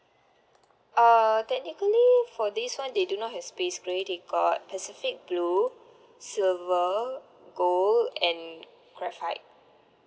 uh technically for this [one] they do not have space grey they got pacific blue silver gold and graphite